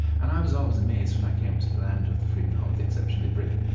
and i was always amazed, when i came to the land of the free and the home of the exceptionally brave,